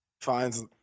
finds